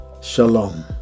shalom